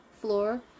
floor